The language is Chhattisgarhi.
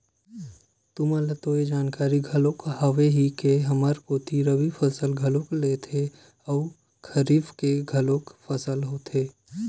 तुमला तो ये जानकारी घलोक हावे ही के हमर कोती रबि फसल घलोक लेथे अउ खरीफ के घलोक फसल होथे